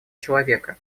человека